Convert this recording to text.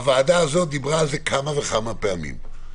הוועדה הזאת דיברה על זה כמה וכמה פעמים.